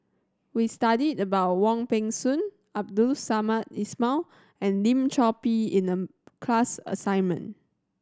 we studied about Wong Peng Soon Abdul Samad Ismail and Lim Chor Pee in the class assignment